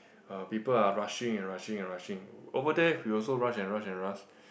uh people are rushing and rushing and rushing over there we also rush and rush and rush